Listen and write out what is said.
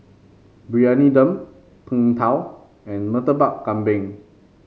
Briyani Dum Png Tao and Murtabak Kambing